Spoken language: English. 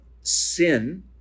sin